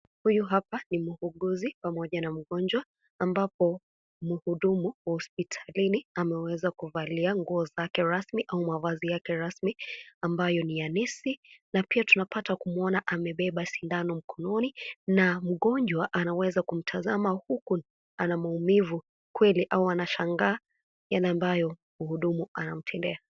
Huyu hapa ni muuguzi pamoja na mgonjwa ambapo muhudumu wa hospitalini ameweza kuvalia nguo zake rasmi au mavazi yake rasmi ambayo niya nesi, na pia tunaweza kumwona amebeba sindano mkononi na mgonjwa anaweza kumtazama huku anamaumivu kweli anashangaa yale ambayo muhudumu anamtendea.